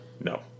No